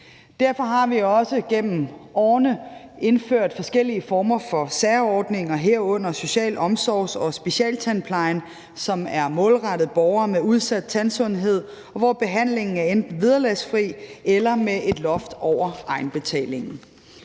derfor har vi også igennem årene indført forskellige former for særordninger, herunder omsorgs-, special- og socialtandplejen, som er målrettet borgere med udsat tandsundhed, og hvor behandlingen enten er vederlagsfri eller med et loft over egenbetalingen.